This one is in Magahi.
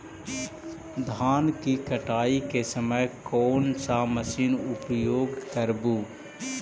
धान की कटाई के समय कोन सा मशीन उपयोग करबू?